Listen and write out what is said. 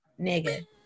nigga